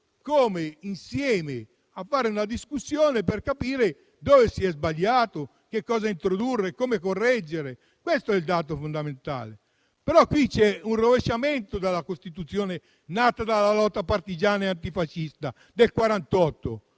come fare una discussione insieme per capire dove si è sbagliato, che cosa introdurre e come correggere. Questo è il dato fondamentale. Però qui c'è un rovesciamento della Costituzione del 1948, nata dalla lotta partigiana e antifascista.